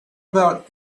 about